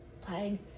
plague